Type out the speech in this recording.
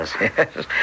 Yes